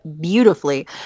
beautifully